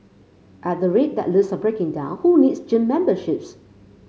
at the rate that lifts are breaking down who needs gym memberships